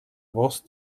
voz